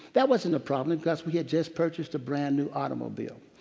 that wasn't a problem because we had just purchased a brand-new automobile.